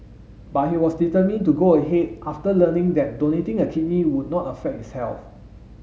but he was determined to go ahead after learning that donating a kidney would not affect his health